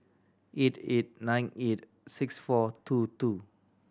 eight eight nine eight six four two two